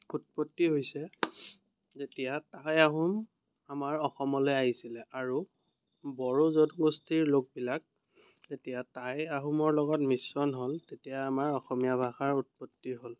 উৎপত্তি হৈছে যেতিয়া টাই আহোম আমাৰ অসমলৈ আহিছিলে আৰু বড়ো জনগোষ্ঠীৰ লোকবিলাক যেতিয়া টাই আহোমৰ লগত মিশ্ৰণ হ'ল তেতিয়া আমাৰ অসমীয়া ভাষাৰ উৎপত্তি হ'ল